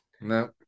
no